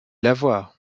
l’avoir